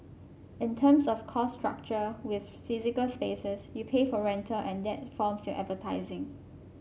in terms of cost structure with physical spaces you pay for rental and that forms your advertising